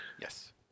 yes